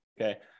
okay